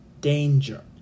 danger